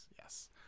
yes